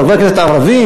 חברי הכנסת הערבים,